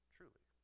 Truly